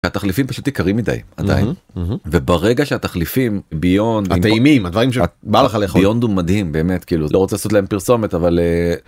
התחליפים פשוט יקרים מדי, עדיין, וברגע שהתחליפים, ביונד, הטעימים, הדברים שבא לך לאכול, ביונד הוא מדהים באמת כאילו לא רוצה לעשות להם פרסומת אבל